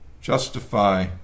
justify